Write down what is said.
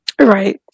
Right